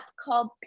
called